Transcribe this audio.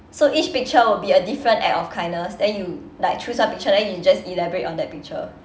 so each picture will be a different act of kindness then you like choose some picture then you just elaborate on that picture